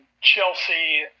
Chelsea